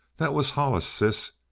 that was hollis, sis.